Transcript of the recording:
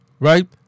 Right